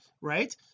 right